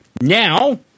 Now